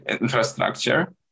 infrastructure